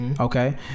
Okay